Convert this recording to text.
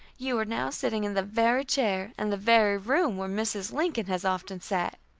you are now sitting in the very chair and the very room where mrs. lincoln has often sat!